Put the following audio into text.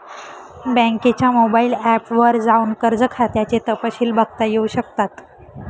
बँकेच्या mobile app वर जाऊन कर्ज खात्याचे तपशिल बघता येऊ शकतात